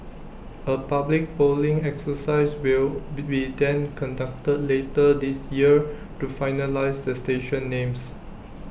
A public polling exercise will be then conducted later this year to finalise the station names